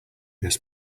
this